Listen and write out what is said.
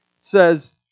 says